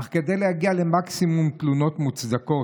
אך כדי להגיע למקסימום תלונות מוצדקות,